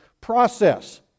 process